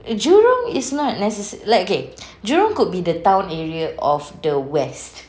jurong is not necess~ like okay jurong could be the town area of the west